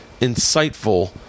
Insightful